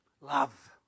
Love